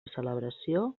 celebració